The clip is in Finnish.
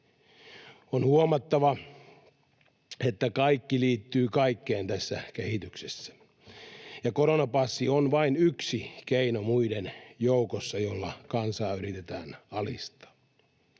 On huomattava, että kaikki liittyy kaikkeen tässä kehityksessä ja koronapassi on vain yksi keino muiden joukossa, jolla kansaa yritetään alistaa.